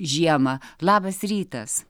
ir žiemą labas rytas